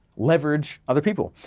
leverage other people.